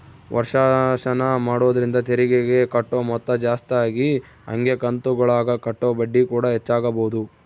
ವರ್ಷಾಶನ ಮಾಡೊದ್ರಿಂದ ತೆರಿಗೆಗೆ ಕಟ್ಟೊ ಮೊತ್ತ ಜಾಸ್ತಗಿ ಹಂಗೆ ಕಂತುಗುಳಗ ಕಟ್ಟೊ ಬಡ್ಡಿಕೂಡ ಹೆಚ್ಚಾಗಬೊದು